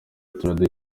byatumye